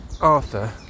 Arthur